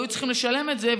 היו צריכים לשלם את זה.